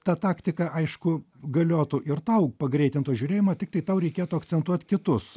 ta taktika aišku galiotų ir tau pagreitinto žiūrėjimo tiktai tau reikėtų akcentuot kitus